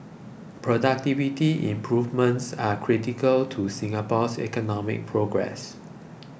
productivity improvements are critical to Singapore's economic progress